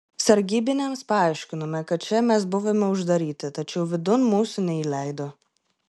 sargybiniams paaiškinome kad čia mes buvome uždaryti tačiau vidun mūsų neįleido